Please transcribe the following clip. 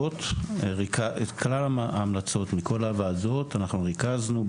את כלל ההמלצות מכל הוועדות אנחנו ריכזנו,